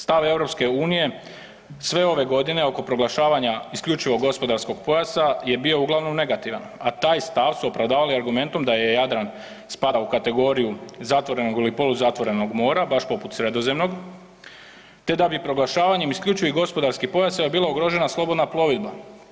Stav EU sve ove godine oko proglašavanja isključivog gospodarskog pojasa je bio uglavnom negativan, a taj stav su opravdavali argumentom da Jadran spada u kategoriju zatvorenog ili poluzatvorenog mora, baš poput Sredozemnog te da bi proglašavanjem isključivih gospodarskih pojaseva bila ugrožena slobodna plovidba.